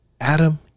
Adam